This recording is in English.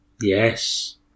Yes